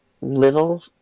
little